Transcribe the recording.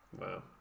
Wow